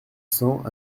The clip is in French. cents